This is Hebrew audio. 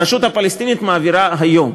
הרשות הפלסטינית, מעבירה היום.